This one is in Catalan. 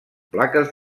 plaques